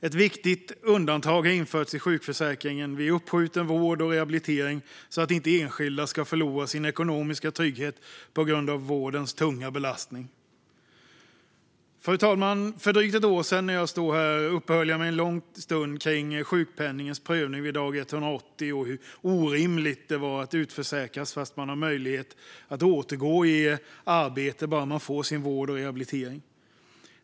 Ett viktigt undantag har införts i sjukförsäkringen vid uppskjuten vård och rehabilitering så att inte enskilda ska förlora sin ekonomiska trygghet på grund av vårdens tunga belastning. Fru talman! När jag stod här för drygt ett år sedan uppehöll jag mig en lång stund vid sjukpenningens prövning vid dag 180 och hur orimligt det var att utförsäkras fast man har möjlighet att återgå i arbete bara man får sin vård och rehabilitering.